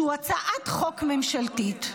שהוא הצעת חוק ממשלתית.